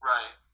Right